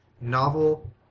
novel